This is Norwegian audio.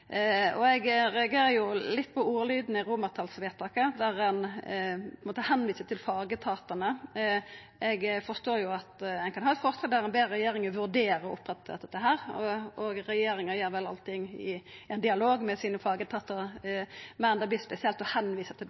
Eg reagerer litt på ordlyden i romertallsvedtaket, der ein viser til fagetatane. Eg forstår at ein kan ha eit forslag der ein ber regjeringa vurdera å oppretta dette, og regjeringa gjer vel alt i ein dialog med fagetatane sine. Men eg synest det vert spesielt å visa til